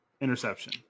interception